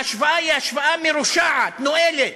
ההשוואה היא השוואה מרושעת, נואלת.